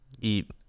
eat